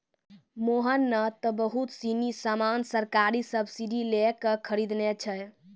मोहन नं त बहुत सीनी सामान सरकारी सब्सीडी लै क खरीदनॉ छै